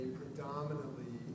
predominantly